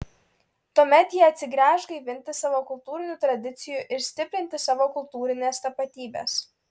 tuomet jie atsigręš gaivinti savo kultūrinių tradicijų ir stiprinti savo kultūrinės tapatybės